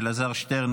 אלעזר שטרן,